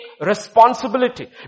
responsibility